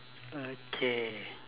okay